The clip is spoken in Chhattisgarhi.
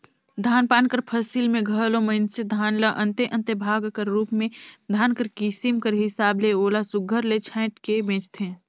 धान पान कर फसिल में घलो मइनसे धान ल अन्ते अन्ते भाग कर रूप में धान कर किसिम कर हिसाब ले ओला सुग्घर ले छांएट के बेंचथें